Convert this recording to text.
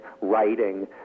writing